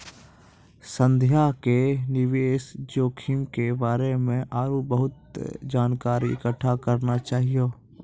संध्या के निवेश जोखिम के बारे मे आरु बहुते जानकारी इकट्ठा करना चाहियो